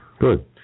Good